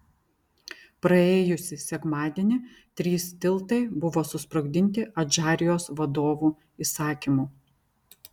praėjusį sekmadienį trys tiltai buvo susprogdinti adžarijos vadovų įsakymu